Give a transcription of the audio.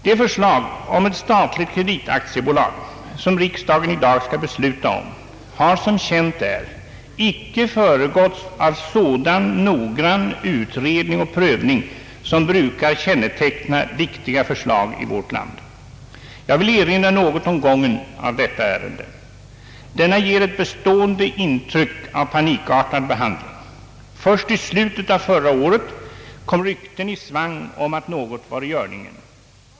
Det förslag om ett statligt kreditaktiebolag som riksdagen i dag skall besluta om har som känt är icke föregåtts av sådan noggrann utredning och prövning som brukar känneteckna viktiga förslag i vårt land. Jag vill erinra något om gången av detta ärende. Denna ger ett bestående intryck av panikartad behandling. Först i slutet av förra året kom rykten i svang om att något var i görningen.